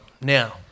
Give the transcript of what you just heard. Now